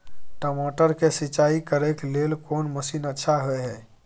टमाटर के सिंचाई करे के लेल कोन मसीन अच्छा होय है